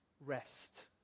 rest